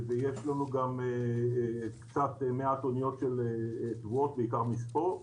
ויש לנו גם מעט אוניות של תבואות, בעיקר מספוא.